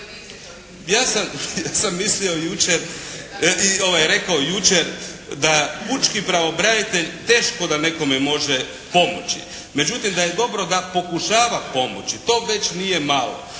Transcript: ja sam mislio jučer, rekao jučer da pučki pravobranitelj teško da nekome može pomoći. Međutim, da je dobro da pokušava pomoći to već nije malo.